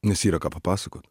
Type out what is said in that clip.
nes yra ką papasakot